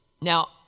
Now